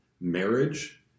marriage